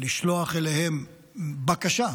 לשלוח אליהם בקשה,